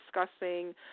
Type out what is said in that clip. discussing